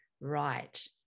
right